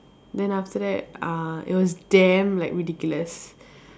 then after that uh it was damn like ridiculous